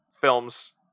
films